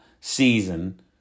season